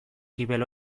gibel